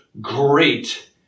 great